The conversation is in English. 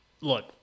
Look